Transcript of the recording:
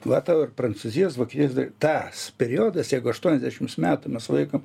va tau ir prancūzijos vokietijos tas periodas jeigu aštuoniasdešims metų mes laikom